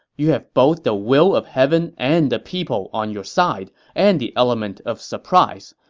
you have both the will of heaven and the people on your side, and the element of surprise.